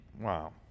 Wow